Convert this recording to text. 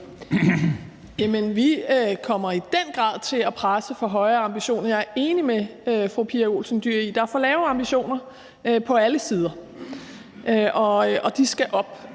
Jamen vi kommer i den grad til at presse på for højere ambitioner. Jeg er enig med fru Pia Olsen Dyhr i, at der er for lave ambitioner på alle sider, og de skal op,